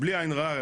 בלי עין הרע,